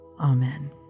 Amen